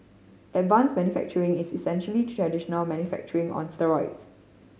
advanced manufacturing is essentially traditional manufacturing on steroids